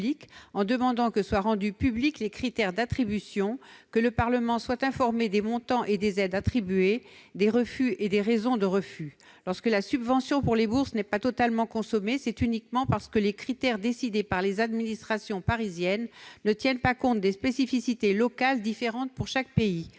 en demandant que soient rendus publics les critères d'attribution des bourses, que le Parlement soit informé des montants et des aides attribuées, ainsi que des refus et de leurs motifs. Lorsque la subvention destinée aux bourses n'est pas totalement consommée, c'est uniquement parce que les critères fixés par les administrations parisiennes ne tiennent pas compte des spécificités locales, différentes dans chaque pays.